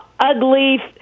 Ugly